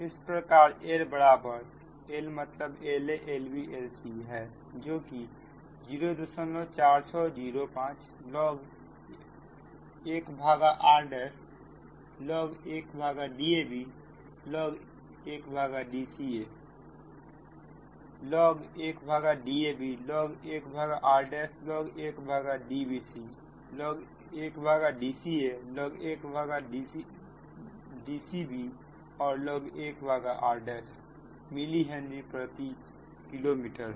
इस प्रकार L बराबर L मतलब LaLbLcहै जो कि 04605 log 1rlog 1Dablog 1Dca log 1Dablog 1rlog 1Dbclog 1Dcalog1 Dcblog 1r millihenry प्रति किलोमीटर है